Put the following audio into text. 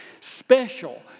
Special